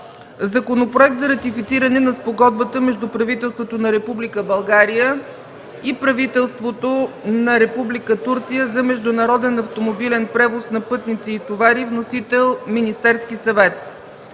Законопроект за ратифициране на Спогодбата между правителството на Република България и правителството на Република Турция за международен автомобилен превоз на пътници и товари. Вносител е Министерският съвет.